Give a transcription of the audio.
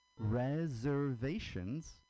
reservations